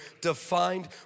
defined